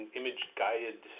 image-guided